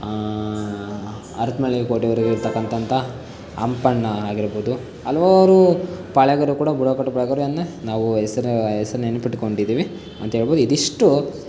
ಹರಪನಹಳ್ಳಿ ಕೋಟೆವರೆಗೆ ಇರತಕ್ಕಂಥ ಅಂಪಣ್ಣ ಆಗಿರ್ಬೋದು ಹಲವಾರು ಪಾಳೇಗಾರರು ಕೂಡ ಬುಡಕಟ್ಟು ಪಾಳೇಗಾರರನ್ನು ನಾವು ಹೆಸರು ಹೆಸರು ನೆನಪಿಟ್ಕೊಂಡಿದ್ದೀವಿ ಅಂತ ಹೇಳಬಹುದು ಇದಿಷ್ಟೂ